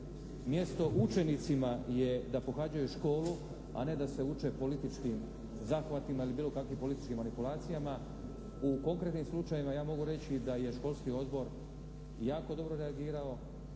mjesto učenicima je da pohađaju školu, a ne da se uče političkim zahvatima ili bilo kakvim političkim manipulacijama. U konkretnim slučajevima ja mogu reći da je školski odbor jako dobro reagirao,